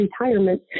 retirement